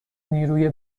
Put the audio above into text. نیروی